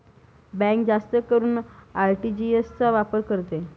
bank जास्त करून RTGS चा वापर करते